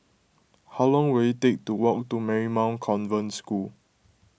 how long will it take to walk to Marymount Convent School